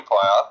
player